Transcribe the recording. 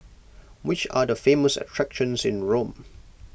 which are the famous attractions in Rome